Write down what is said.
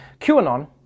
QAnon